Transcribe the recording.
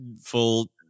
full